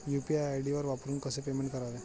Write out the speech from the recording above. UPI ID वापरून कसे payment करावे?